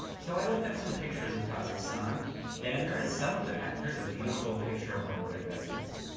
so i looked up some pictures of kazakhstan, and there is some of that. here's a beautiful picture of one of their deserts.